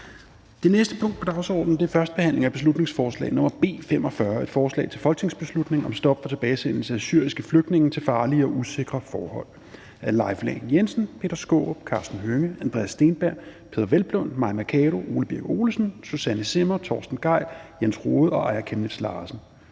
Det næste punkt på dagsordenen er: 2) 1. behandling af beslutningsforslag nr. B 45: Forslag til folketingsbeslutning om stop for tilbagesendelse af syriske flygtninge til farlige og usikre forhold (borgerforslag). Af Leif Lahn Jensen (S), Peter Skaarup (DF), Karsten Hønge (SF), Andreas Steenberg (RV), Peder Hvelplund (EL), Mai Mercado (KF), Ole Birk Olesen (LA), Susanne Zimmer (FG), Torsten Gejl (ALT), Jens Rohde (KD) og Aaja Chemnitz Larsen